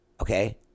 Okay